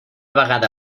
vegada